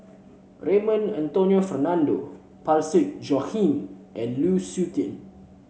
Raymond Anthony Fernando Parsick Joaquim and Lu Suitin